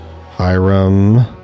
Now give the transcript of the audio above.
Hiram